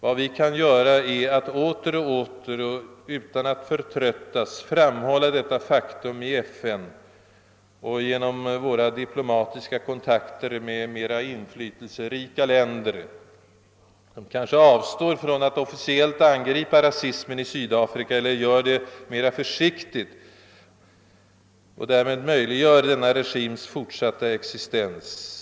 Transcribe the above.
Vad vi kan göra är att åter och åter, utan att förtröttas, påminna om rasförtrycket i Sydafrika i FN och genom våra diplomatiska kontakter med mera inflytelserika länder, som kanske avstår från att officiellt angripa rasismen i detta land eller gör det mera försiktigt och därmed möjliggör denna regims fortsatta existens.